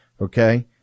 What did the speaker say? okay